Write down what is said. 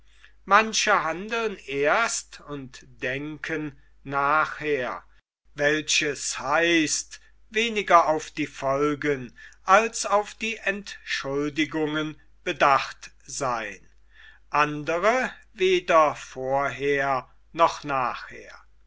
manche handeln erst und denken nachher welches heißt weniger auf die folgen als auf die entschuldigungen bedacht seyn andre weder vorher noch nachher